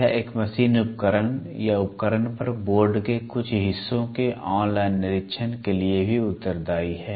यह एक मशीन उपकरण या उपकरण पर बोर्ड के कुछ हिस्सों के ऑन लाइन निरीक्षण के लिए भी उत्तरदायी है